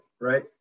right